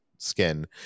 skin